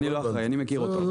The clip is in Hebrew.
אני לא אחראי, אני מכיר אותו.